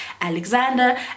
Alexander